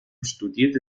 studierte